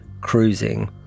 cruising